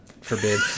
forbid